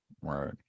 Right